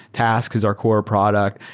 tasks is our core product.